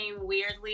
weirdly